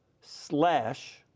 slash